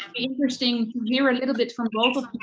interesting to hear a little bit from both of you